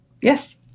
Yes